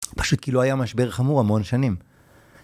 פשוט כאילו היה משבר חמור המון שנים.